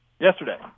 yesterday